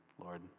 Lord